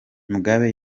mugabe